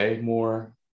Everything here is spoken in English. more